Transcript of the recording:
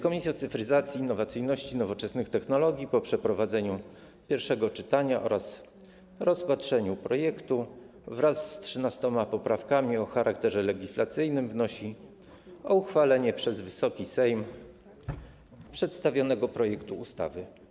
Komisja Cyfryzacji, Innowacyjności i Nowoczesnych Technologii po przeprowadzeniu pierwszego czytania oraz rozpatrzeniu projektu wraz z 13 poprawkami o charakterze legislacyjnym wnosi o uchwalenie przez Wysoki Sejm przedstawionego projektu ustawy.